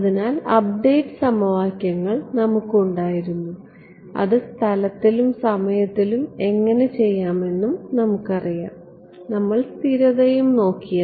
അതിനാൽ അപ്ഡേറ്റ് സമവാക്യങ്ങൾ നമുക്ക് ഉണ്ടായിരുന്നു അത് സ്ഥലത്തിലും സമയത്തിലും എങ്ങനെ ചെയ്യാമെന്ന് നമുക്കറിയാം നമ്മൾ സ്ഥിരതയും നോക്കി